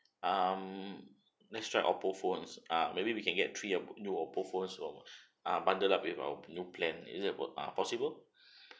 um let's try oppo phones uh maybe we can get three uh new oppo phones or ah bundle up with our new plan is it uh possible